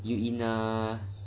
you are